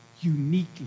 uniquely